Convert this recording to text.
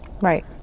Right